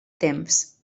temps